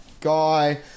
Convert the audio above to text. guy